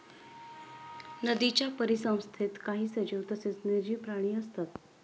नदीच्या परिसंस्थेत काही सजीव तसेच निर्जीव प्राणी असतात